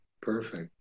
Perfect